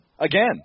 again